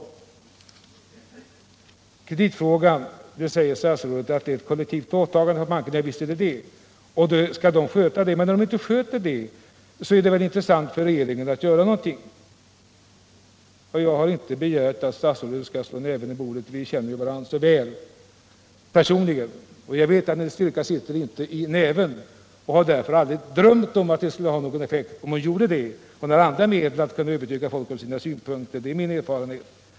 När det sedan gäller kreditfrågan säger statsrådet att det är ett kollektivt åttagande av bankerna — visst är det det — och att de skall sköta det. Men när de inte gör det, är det väl intressant för regeringen att göra någonting! Jag har inte begärt att statsrådet skall slå näven i bordet. Vi känner ju varandra så väl personligen, och jag vet att hennes styrka inte sitter i näven. Jag har därför aldrig drömt om att det skulle ha någon effekt om hon slog näven i bordet. Hon har andra medel att övertyga folk om sina synpunkter — det är min erfarenhet.